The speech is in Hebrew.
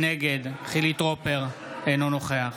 נגד חילי טרופר, אינו נוכח